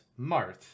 Marth